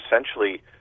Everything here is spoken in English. essentially